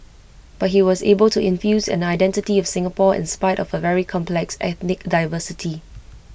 but he was able to infuse an identity of Singapore in spite of A very complex ethnic diversity